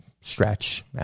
stretch